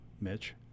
Mitch